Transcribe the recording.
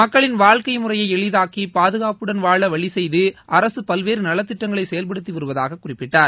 மக்களின் வாழ்க்கை முறையை எளிதாக்கி பாதுகாப்புடன் வாழ் வழி செய்து அரசு பல்வேறு நலத்திட்டங்களை செயல்படுத்தி வருவதாக குறிப்பிட்டார்